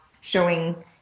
showing